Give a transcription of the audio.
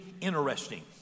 interesting